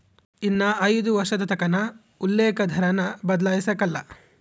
ಇನ್ನ ಐದು ವರ್ಷದತಕನ ಉಲ್ಲೇಕ ದರಾನ ಬದ್ಲಾಯ್ಸಕಲ್ಲ